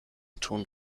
tun